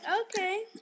okay